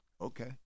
okay